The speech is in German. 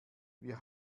wir